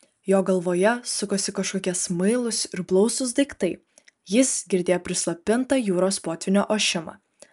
jo galvoje sukosi kažkokie smailūs ir blausūs daiktai jis girdėjo prislopintą jūros potvynio ošimą